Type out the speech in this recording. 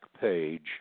page